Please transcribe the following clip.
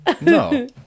no